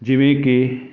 ਜਿਵੇਂ ਕਿ